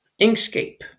Inkscape